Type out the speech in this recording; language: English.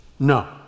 No